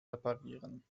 reparieren